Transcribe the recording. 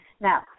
Now